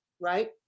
right